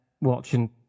watching